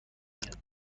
میاد